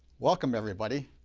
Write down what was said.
welcome, everybody.